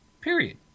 Period